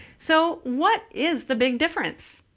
so what is the big difference?